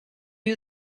you